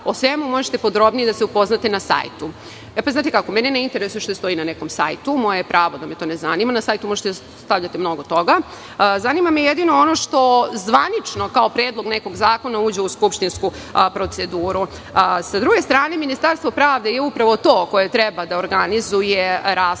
o svemu možete podrobnije da se upoznate na sajtu. Znate kako, mene ne interesuje šta stoji na nekom sajtu, moje je pravo da me to ne zanima, na sajtu možete stavljati mnogo toga. Jedino me zanima ono što zvanično kao predlog nekog zakona uđe u skupštinsku proceduru.S druge strane, Ministarstvo pravde je upravo to koje treba da organizuje neke